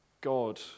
God